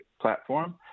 platform